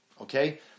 Okay